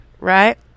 right